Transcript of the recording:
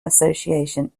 association